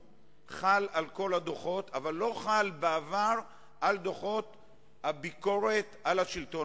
והנה, הדוח הנוכחי בעניין הביקורת על השלטון